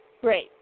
Great